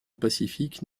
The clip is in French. pacifique